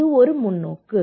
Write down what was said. இது ஒரு முன்னோக்கு